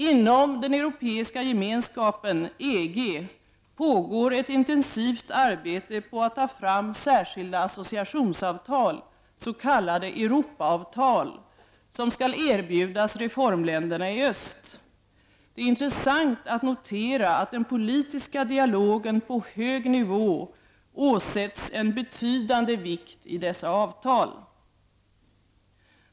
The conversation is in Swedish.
Inom den Europeiska gemenskapen, EG, pågår ett intensivt arbete med att ta fram särskilda associationsavtal, s.k. Europaavtal, som skall erbjudas reformländerna i öst. Det är intressant att notera att den politiska dialogen på hög nivå åsätts en betydande vikt i dessa avtal.